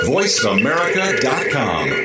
VoiceAmerica.com